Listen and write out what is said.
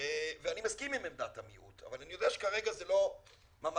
ואני מסכים עם עמדת המיעוט אבל אני יודע שכרגע זה לא ממש